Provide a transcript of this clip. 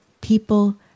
people